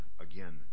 again